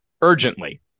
urgently